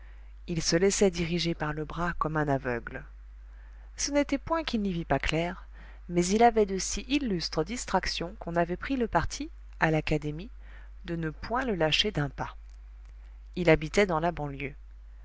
il se laissait diriger par le bras comme un aveugle ce n'était point qu'il n'y vît pas clair mais il avait de si illustres distractions qu'on avait pris le parti à l'académie de ne point le lâcher d'un pas il habitait dans la banlieue